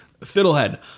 Fiddlehead